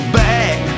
back